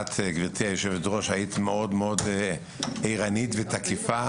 שאת גבירתי היושבת ראש היית מאוד מאוד ערנית ותקיפה,